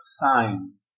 signs